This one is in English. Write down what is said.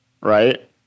right